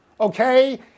okay